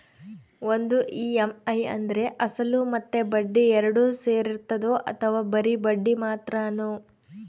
ಒಂದು ಇ.ಎಮ್.ಐ ಅಂದ್ರೆ ಅಸಲು ಮತ್ತೆ ಬಡ್ಡಿ ಎರಡು ಸೇರಿರ್ತದೋ ಅಥವಾ ಬರಿ ಬಡ್ಡಿ ಮಾತ್ರನೋ?